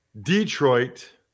Detroit